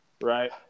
right